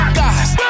guys